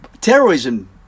Terrorism